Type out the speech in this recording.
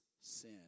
sin